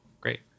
great